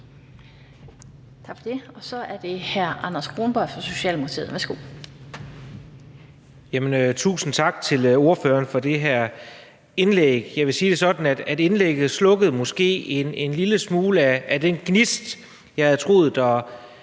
Tak for det. Så er det hr. Anders Kronborg fra Socialdemokratiet. Værsgo. Kl. 11:51 Anders Kronborg (S): Tusind tak til ordføreren for det her indlæg. Jeg vil sige det sådan, at indlægget måske slukkede en lille smule af den gnist, jeg havde troet der